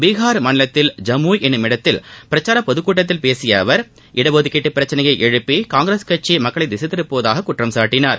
பீகார் மாநிலத்தில் ஜமூய் என்னும் இடத்தில் பிரச்சார பொதுக்கூட்டத்தில் பேசிய அவர் இடஒதுக்கீட்டு பிரச்சனையை எழுப்பி காங்கிரஸ் கட்சி மக்களை திசைதிருப்புவதாக குற்றம் சாட்டினார்